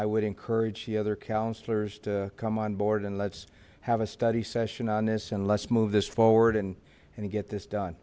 i would encourage the other councillors to come on board and let's have a study session on this and let's move this forward and get this done